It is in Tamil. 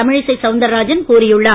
தமிழிசை சவுந்தரராஜன் கூறியுள்ளார்